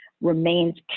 remains